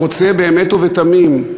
הוא רוצה באמת ובתמים,